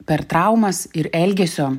per traumas ir elgesio